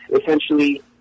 Essentially